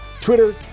Twitter